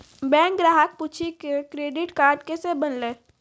Bank ग्राहक पुछी की क्रेडिट कार्ड केसे बनेल?